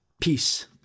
Peace